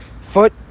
foot